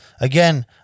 again